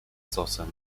sosen